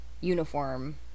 uniform